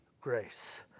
grace